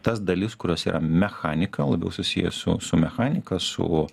tas dalis kurios yra mechanika labiau susiję su su mechanika su